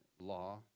law